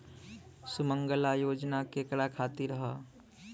सुमँगला योजना केकरा खातिर ह?